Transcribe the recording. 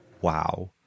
wow